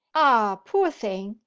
ah, poor thing!